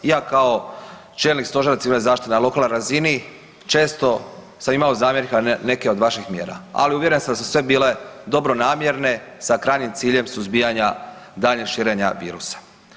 Ja kao čelnik Stožera civilne zaštite na lokalnoj razini često sam imao zamjerka na neke od vaših mjera, ali uvjeren sam da su sve bile dobronamjerne sa krajnjim ciljem suzbijanja daljnjeg širenja virusa.